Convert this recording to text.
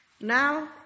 Now